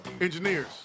engineers